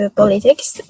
politics